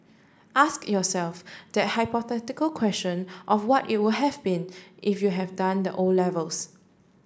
ask yourself that hypothetical question of what it would have been if you had done the O levels